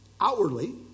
outwardly